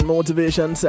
Motivation